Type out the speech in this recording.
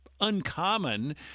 uncommon